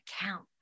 account